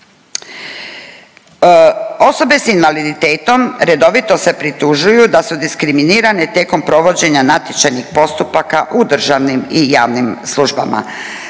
Osobe sa invaliditetom redovito se pritužuju da su diskriminirane tijekom provođenja natječajnih postupaka u državnim i javnim službama.